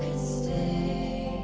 stay?